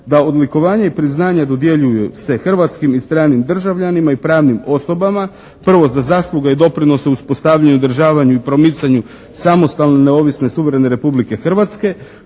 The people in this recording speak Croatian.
da: «Odlikovanja i priznanja dodjeljuju se hrvatskim i stranim državljanima i pravnim osobama, 1. za zasluge i doprinose u uspostavljanju, održavanju i promicanju samostalne, neovisne, suvremene Republike Hrvatske,